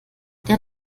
der